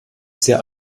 sehr